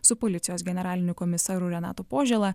su policijos generaliniu komisaru renatu požėla